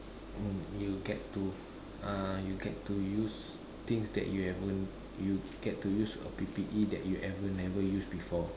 and you get to uh you get to use things that you ever you get to use uh P_P_E that you never ever use before